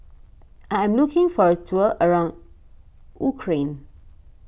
I am looking for a tour around Ukraine